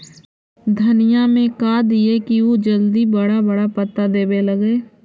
धनिया में का दियै कि उ जल्दी बड़ा बड़ा पता देवे लगै?